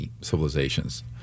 civilizations